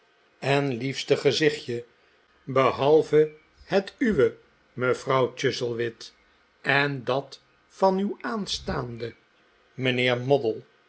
en liefste gezichtje behalve het uwe mevrouw chuzzlewit en dat van uw aanstaande mijnheer moddle